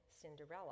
Cinderella